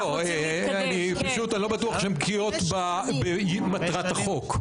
לא, אני פשוט לא בטוח שהן בקיאות במטרת החוק.